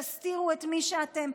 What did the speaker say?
תסתירו את מי שאתם.